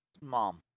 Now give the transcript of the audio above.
mom